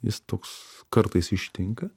jis toks kartais ištinka